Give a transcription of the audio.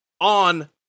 on